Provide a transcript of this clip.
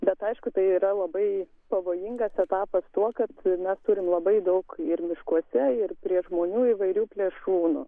bet aišku tai yra labai pavojingas etapas tuo kad mes turim labai daug ir miškuose ir prie žmonių įvairių plėšrūnų